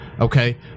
Okay